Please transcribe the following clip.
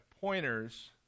pointers